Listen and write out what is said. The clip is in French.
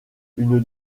une